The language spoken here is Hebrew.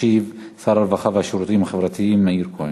ישיב שר הרווחה והשירותים החברתיים מאיר כהן.